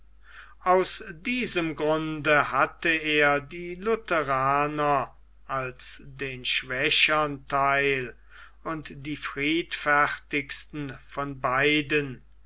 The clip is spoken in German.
aus diesem grunde hatte er die lutheraner als den schwächern theil und die friedfertigsten von beiden